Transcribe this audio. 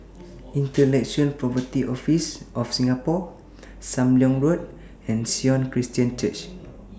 Intellectual Property Office of Singapore SAM Leong Road and Sion Christian Church